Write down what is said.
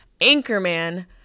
Anchorman